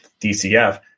DCF